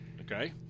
Okay